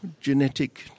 genetic